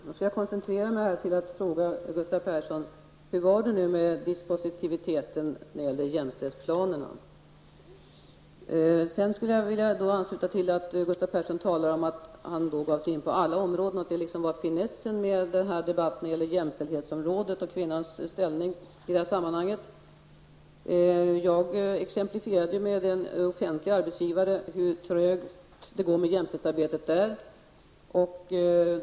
Herr talman! Jag skall koncentrera mig på att fråga Gustav Persson hur det var med dispositiviteten när det gällde jämställdhetsplanerna. Sedan vill jag ansluta till att Gustav Persson talade om att han gav sig in på alla områden och att det var finessen med den här debatten när det gäller jämställdhetsområdet och kvinnors ställning i det sammanhanget. Jag exemplifierade med hur trögt det går med jämställdhetsarbetet hos en offentlig arbetsgivare.